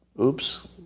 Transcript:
oops